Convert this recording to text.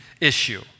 issue